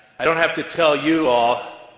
i don't have to tell you all,